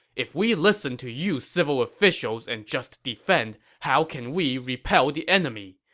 if we listen to you civil officials and just defend, how can we repel the enemy?